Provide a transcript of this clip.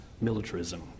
militarism